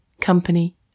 company